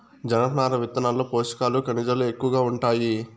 జనపనార విత్తనాల్లో పోషకాలు, ఖనిజాలు ఎక్కువగా ఉంటాయి